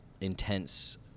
intense